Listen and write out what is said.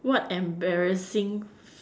what embarrassing